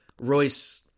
Royce